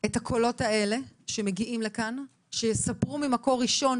את הקולות האלה שמגיעים לכאן, שיספרו ממקום ראשון.